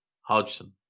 Hodgson